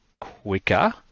quicker